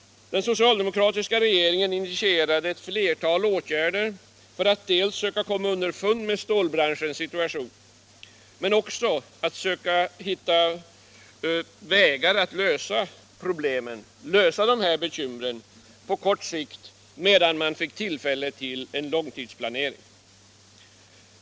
Den socialdemokratiska regeringen initierade flera åtgärder för att dels söka komma underfund med stålbranschens situation, dels söka hitta vägar att lösa problemen och klara bekymren, medan man fick tillfälle till en långtidsplanering.